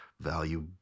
value